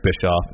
Bischoff